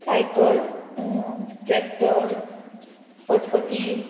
cycle tractor फटफटी